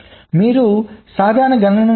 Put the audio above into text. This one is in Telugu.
మీరు సాధారణ గణనను చూస్తే